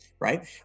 right